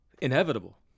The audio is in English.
inevitable